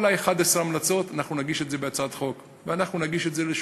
כל 11 ההמלצות, אנחנו נגיש את זה בהצעת חוק.